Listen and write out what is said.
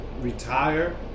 retire